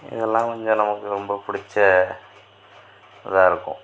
இதெல்லாம் கொஞ்சம் நமக்கு ரொம்ப பிடிச்ச இதாக இருக்கும்